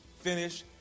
finish